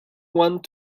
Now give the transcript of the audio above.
want